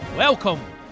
Welcome